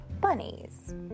bunnies